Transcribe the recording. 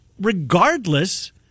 regardless